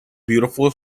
beautiful